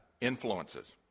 influences